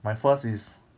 my first is